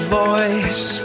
voice